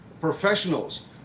professionals